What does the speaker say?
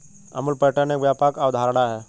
Amul pattern एक व्यापक अवधारणा है